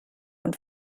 und